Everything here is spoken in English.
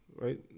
Right